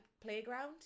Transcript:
playground